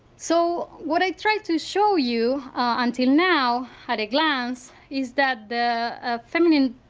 so what i tried to show you until now at a glance is that the ah feminine